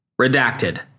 Redacted